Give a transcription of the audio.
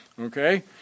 Okay